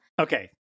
Okay